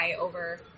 over